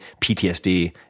PTSD